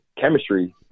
chemistry